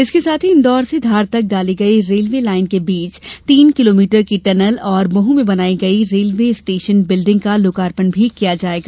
इसके साथ ही इन्दौर से धार तक डाली गई रेलवे लाइन के बीच तीन किलोमीटर की टनल और महू में बनाई गई रेलवे स्टेशन बिल्डिंग का लोकार्पण भी किया जायेगा